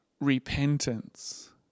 repentance